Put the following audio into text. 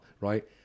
right